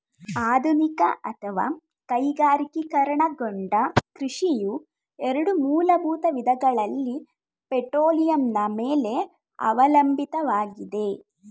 ಆಧುನಿಕ ಅಥವಾ ಕೈಗಾರಿಕೀಕರಣಗೊಂಡ ಕೃಷಿಯು ಎರಡು ಮೂಲಭೂತ ವಿಧಗಳಲ್ಲಿ ಪೆಟ್ರೋಲಿಯಂನ ಮೇಲೆ ಅವಲಂಬಿತವಾಗಿದೆ